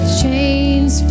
chains